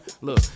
Look